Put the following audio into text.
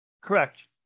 Correct